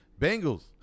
Bengals